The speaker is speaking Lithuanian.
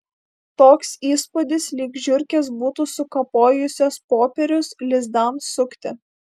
toks įspūdis lyg žiurkės būtų sukapojusios popierius lizdams sukti